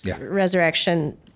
resurrection